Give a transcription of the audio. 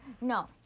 No